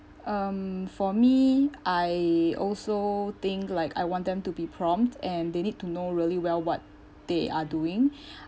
um for me I also think like I want them to be prompt and they need to know really well what they are doing